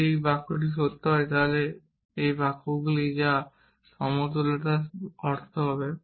বা যদি এই বাক্যটি সত্য হয় তবে এই বাক্যগুলি যা সমতুলতার অর্থ